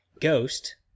Ghost